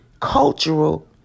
cultural